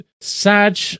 sad